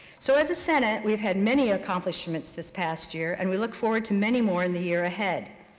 so as a senate, we've had many accomplishments this past year, and we look forward to many more in the year ahead.